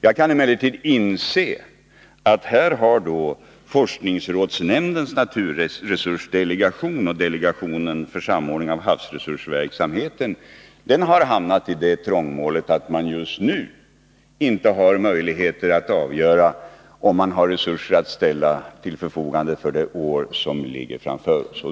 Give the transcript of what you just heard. Jag kan emellertid inse att forskningsrådsnämndens naturresursdelegation och delegationen för samordning av havsresursverksamheten har hamnat i det trångmålet att de just nu inte har resurser att ställa till förfogande för det år som ligger framför oss.